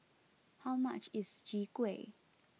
how much is Chwee Kueh